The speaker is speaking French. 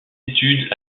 études